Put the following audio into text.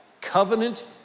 Covenant